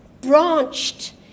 branched